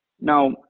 Now